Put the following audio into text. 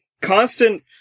constant